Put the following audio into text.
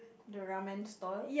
the ramen stall